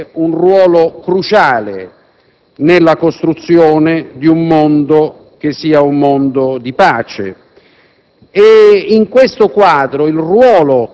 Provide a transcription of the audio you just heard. di assegnare al nostro Paese un ruolo cruciale nella costruzione di un mondo che sia un mondo di pace.